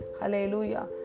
Hallelujah